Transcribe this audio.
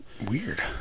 Weird